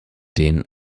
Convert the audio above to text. den